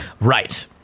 right